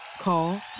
Call